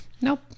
nope